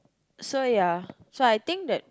so ya so I think that